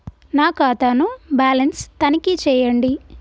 నా ఖాతా ను బ్యాలన్స్ తనిఖీ చేయండి?